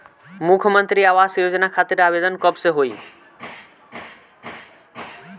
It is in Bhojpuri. मुख्यमंत्री आवास योजना खातिर आवेदन कब से होई?